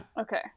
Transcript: okay